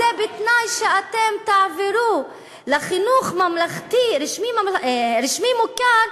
זה בתנאי שאתם תעברו לחינוך ממלכתי רשמי מוכר,